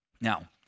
Now